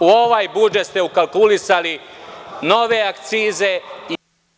U ovaj budžet ste ukalkulisali nove akcize i